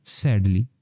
sadly